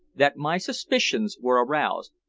that my suspicions were aroused,